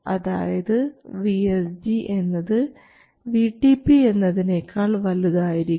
അതായത് VSG എന്നത് Vtp എന്നതിനെക്കാൾ വലുതായിരിക്കും